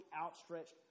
outstretched